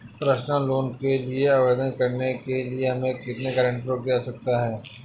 Personal loan के लिए आवेदन करने के लिए हमें कितने गारंटरों की आवश्यकता है?